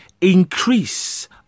increase